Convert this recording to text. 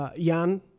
Jan